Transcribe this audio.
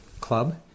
club